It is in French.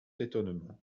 étonnement